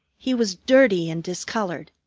he was dirty and discolored,